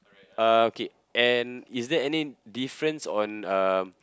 uh okay and is there any difference on uh